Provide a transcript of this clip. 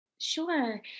Sure